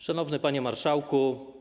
Szanowny Panie Marszałku!